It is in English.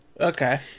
Okay